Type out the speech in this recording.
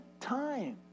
time